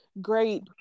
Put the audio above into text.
great